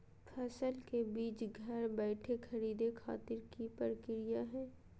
फसल के बीज घर बैठे खरीदे खातिर की प्रक्रिया हय?